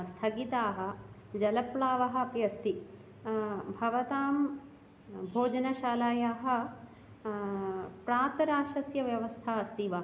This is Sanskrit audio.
स्थगिताः जलप्लावः अपि अस्ति भवतां भोजनशालायाः प्रातराशस्य व्यवस्था अस्ति वा